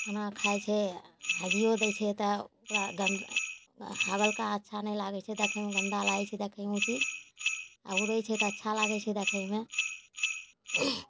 खाना खाइ छै हगिओ दै छै तऽ ओकरा गन्दा हगलका अच्छा नहि लागै छै देखैमे गन्दा लागै छै देखैमे ओ चीज आओर उड़ै छै तऽ अच्छा लागै छै देखैमे